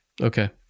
okay